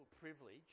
privilege